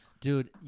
Dude